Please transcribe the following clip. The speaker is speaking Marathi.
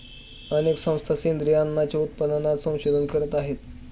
अनेक संस्था सेंद्रिय अन्नाच्या उत्पादनात संशोधन करत आहेत